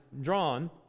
drawn